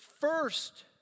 first